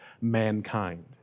mankind